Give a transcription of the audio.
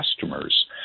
customers